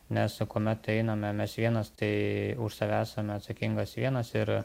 nes kuomet einame mes vienas tai už save esame atsakingas vienas ir